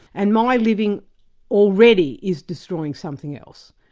and my living already is destroying something else.